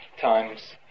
times